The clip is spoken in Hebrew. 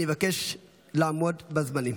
אני מבקש לעמוד בזמנים.